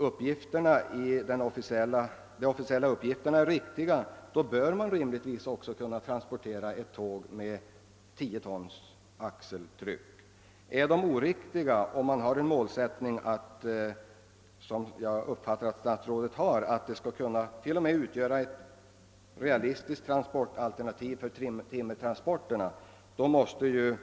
Om de officiella uppgifterna är riktiga bör man rimligtvis kunna transportera ett tåg med 10 tons axeltryck; är de oriktiga och man har den målsättningen — som jag uppfattar att statsrådet har — att järnvägen skall kunna utgöra ett realistiskt transportalternativ till och med för timmertransporterna, måste